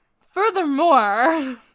Furthermore